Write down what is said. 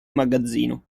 magazzino